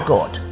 God